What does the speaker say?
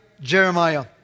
Jeremiah